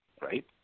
right